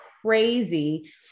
crazy